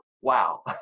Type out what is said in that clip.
Wow